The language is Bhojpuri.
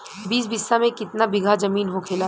बीस बिस्सा में कितना बिघा जमीन होखेला?